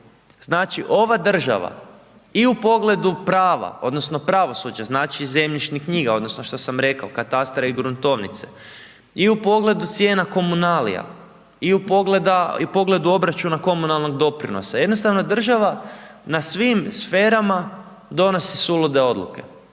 Znači ova država i u pogledu prava odnosno pravosuđa, znači zemljišnih knjiga odnosno što sam rekao, katastra i gruntovnice i u pogledu cijena komunalija i u pogledu obračuna komunalnog doprinosa, jednostavno država na svim sferama donosi sulude odluke.